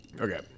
Okay